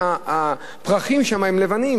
על כך שהפרחים שם לבנים.